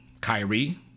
Kyrie